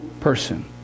person